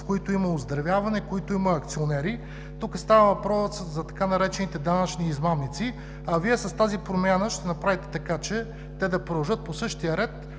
които има оздравяване, в които има акционери. Тук става въпрос за така наречените „данъчни измамници“, а Вие с тази промяна ще направите така, че те да продължат по същия ред